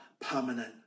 permanent